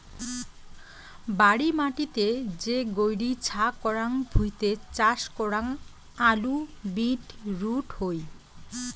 বাড়ি মাটিতে যে গৈরী ছা করাং ভুঁইতে চাষ করাং আলু, বিট রুট হই